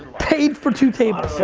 paid for two tables. so